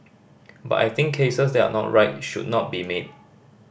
but I think cases that are not right should not be made